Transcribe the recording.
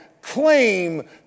claim